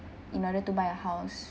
in order to buy a house